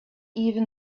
even